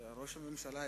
את ראש הממשלה,